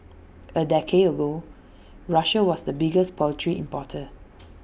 A decade ago Russia was the biggest poultry importer